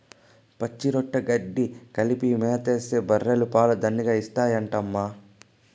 పచ్చిరొట్ట గెడ్డి కలిపి మేతేస్తే బర్రెలు పాలు దండిగా ఇత్తాయంటమ్మా